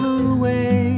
away